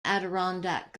adirondack